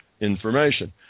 information